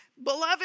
Beloved